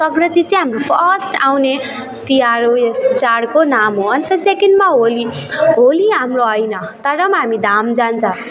सक्रान्ति चाहिँ हाम्रो फर्स्ट आउने तिहार हो यस चाडको नाम हो अनि त सेकेन्डमा होली होली हाम्रो होइन तर पनि हामी धाम जान्छ